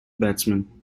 batsmen